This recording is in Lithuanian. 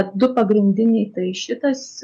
du pagrindiniai tai šitas